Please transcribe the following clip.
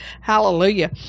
hallelujah